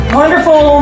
wonderful